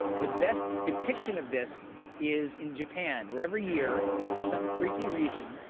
the best depiction of this is in japan, where every year for some freaky reason,